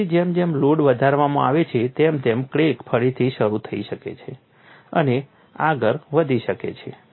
પછી જેમ જેમ લોડ વધારવામાં આવે છે તેમ તેમ ક્રેક ફરીથી શરૂ થઈ શકે છે અને આગળ વધી શકે છે